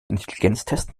intelligenztest